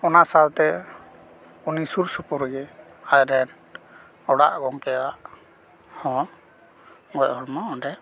ᱚᱱᱟ ᱥᱟᱶᱛᱮ ᱩᱱᱤ ᱥᱩᱨ ᱥᱩᱯᱩᱨ ᱨᱮᱜᱮ ᱟᱡᱨᱮᱱ ᱚᱲᱟᱜ ᱜᱚᱢᱠᱮᱭᱟᱜ ᱦᱚᱸ ᱜᱚᱡ ᱦᱚᱲᱢᱚ ᱚᱸᱰᱮ